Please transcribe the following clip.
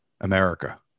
America